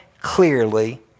clearly